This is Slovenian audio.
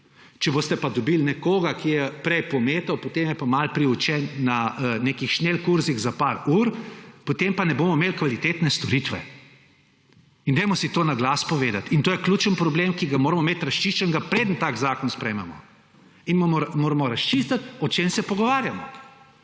Če boste pa dobili nekoga, ki je prej pometal, potem je pa malo priučen na nekih šnelkursih za par ur, potem pa ne bomo imeli kvalitetne storitve. In dajmo si to na glas povedati, in to je ključen problem, ki ga moramo imeti razčiščenega, preden tak zakon sprejmemo. In moramo razčistiti, o čem se pogovarjamo.